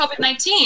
COVID-19